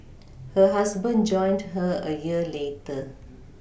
her husband joined her a year later